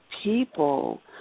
people